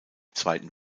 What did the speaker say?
zweiten